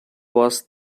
was